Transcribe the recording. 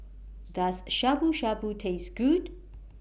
Does Shabu Shabu Taste Good